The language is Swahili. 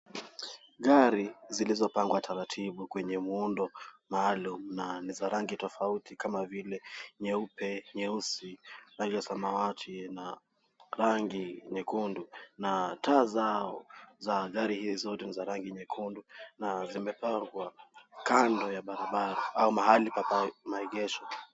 Gari zilizopangwa taratibu kwenye muundo maalum na ni za rangi tofauti kama vile nyeupe, nyeusi, rangi ya samawati na rangi nyekundu, na taa zao za gari hizi zote ni za rangi nyekundu na zimepangwa kando ya barabara au mahali pa maegesho.